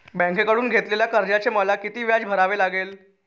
बँकेकडून घेतलेल्या कर्जाचे मला किती व्याज भरावे लागेल?